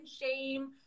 shame